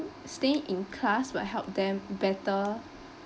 staying in class will help them better